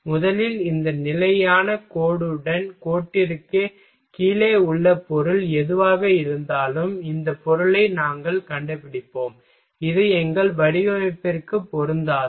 முதலில் இந்த நிலையான கோடுடன் கோட்டிற்குக் கீழே உள்ள பொருள் எதுவாக இருந்தாலும் இந்த பொருளை நாங்கள் கண்டுபிடிப்போம் இது எங்கள் வடிவமைப்பிற்கு பொருந்தாது